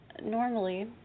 Normally